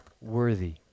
worthy